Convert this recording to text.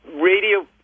radio